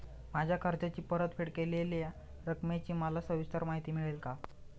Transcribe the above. माझ्या कर्जाची परतफेड केलेल्या रकमेची मला सविस्तर माहिती मिळेल का?